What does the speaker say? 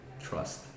trust